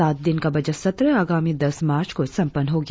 सात दिन का बजट सत्र आगामी दस मार्च को संपन्न होगी